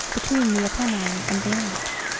between the apennine and the alps,